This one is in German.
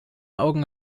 augen